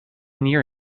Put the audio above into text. near